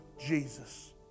Jesus